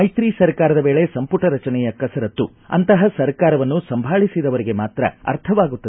ಮೈತ್ರಿ ಸರ್ಕಾರದ ವೇಳೆ ಸಂಪುಟ ರಚನೆಯ ಕಸರತ್ತು ಅಂತಪ ಸರ್ಕಾರವನ್ನು ಸಂಭಾಳಿಸಿದವರಿಗೆ ಮಾತ್ರ ಅರ್ಥವಾಗುತ್ತದೆ ಎಂದರು